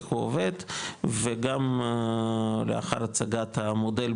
איך הוא עובד וגם לאחר הצגת המודל,